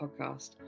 podcast